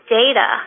data